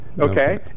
Okay